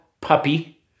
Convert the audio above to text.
puppy